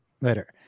Later